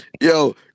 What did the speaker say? Yo